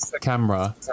camera